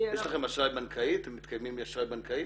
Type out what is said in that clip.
יש לכם אשראי בנקאי, אתם מתקיימים מאשראי בנקאי?